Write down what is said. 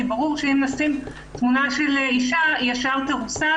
כי היה ברור שאם נשים תמונה של אישה היא ישר תרוסס,